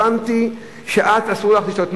הבנתי שלך אסור לשתות.